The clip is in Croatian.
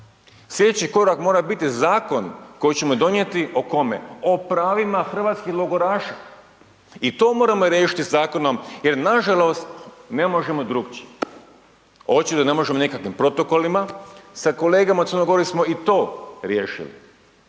slijedeći korak mora biti zakon koji ćemo donijeti, o kome, o pravima hrvatskih logoraša i to moramo riješiti zakonom jer nažalost ne možemo drukčije, očito ne možemo nekakvim protokolima, sa kolegama Crnogorcima smo i to riješili,